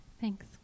Thanks